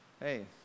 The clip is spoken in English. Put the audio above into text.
hey